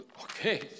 okay